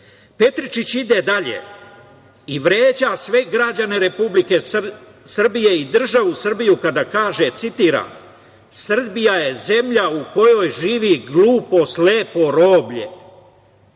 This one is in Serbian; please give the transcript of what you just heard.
Petričić ide dalje i vređa sve građane Republike Srbije i državu Srbiju kada kaže, citiram – Srbija je zemlja u kojoj živi, glupo, slepo roblje,